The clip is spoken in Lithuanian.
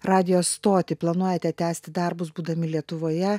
radijo stotį planuojate tęsti darbus būdami lietuvoje